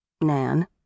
Nan